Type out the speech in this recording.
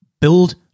Build